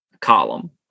column